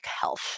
health